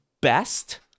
best